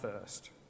first